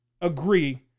agree